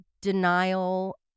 denial